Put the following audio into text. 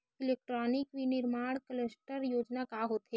Electronic विनीर्माण cluster योजना का होथे?